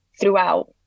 throughout